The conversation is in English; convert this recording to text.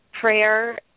prayer